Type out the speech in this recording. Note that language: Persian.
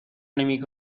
نمی